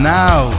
now